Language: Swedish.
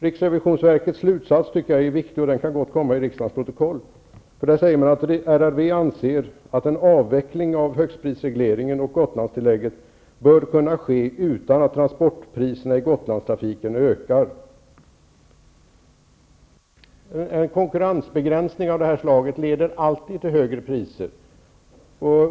Riksrevisionsverkets slutsats tycker jag är viktig, och den kan gott föras till riksdagens protokoll. Där sägs att RRV anser att en avveckling av högstprisregleringen och Gotlandstillägget bör kunna ske utan att transportpriserna i En konkurrensbegränsning av det här slaget leder alltid till högre priser.